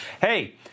hey